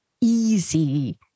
easy